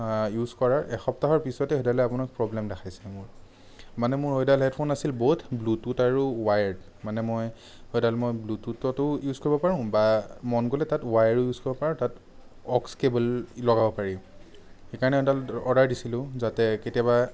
হাঁ ইউজ কৰাৰ এসপ্তাহৰ পিছতেই সেইডালে আপোনাক প্ৰব্লেম দেখাইছে মোৰ মানে মোৰ সেইডাল হেডফোন আছিল ব'থ ব্লুটুথ আৰু ৱাইৰদ মানে মই সেইডাল মই ব্লুটুথটো ইউজ কৰিব পাৰোঁ বা মন গ'লে তাত ৱায়াৰো ইউজ কৰিব পাৰোঁ তাত অক্স কেব'ল লগাব পাৰি সেইকাৰণে সেইডাল অৰ্ডাৰ দিছিলোঁ যাতে কেতিয়াবা